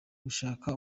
gushaka